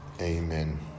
Amen